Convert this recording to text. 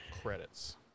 credits